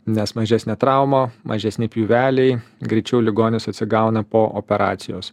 nes mažesnė trauma mažesni pjūveliai greičiau ligonis atsigauna po operacijos